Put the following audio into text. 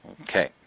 Okay